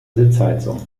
sitzheizung